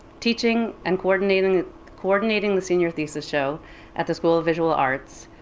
teaching and coordinating the coordinating the senior thesis show at the school of visual arts,